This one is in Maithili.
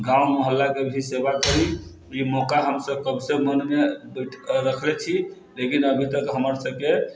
गाँव मोहल्लाके भी सेवा करि ई मौका हम सभ कबसँ मनमे रखले छी लेकिन अभी तक हमर सभके